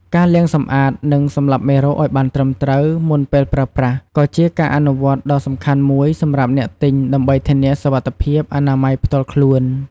ការលាងសម្អាត និងសម្លាប់មេរោគឱ្យបានត្រឹមត្រូវមុនពេលប្រើប្រាស់ ក៏ជាការអនុវត្តន៍ដ៏សំខាន់មួយសម្រាប់អ្នកទិញដើម្បីធានាសុវត្ថិភាពអនាម័យផ្ទាល់ខ្លួន។